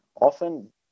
Often